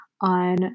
on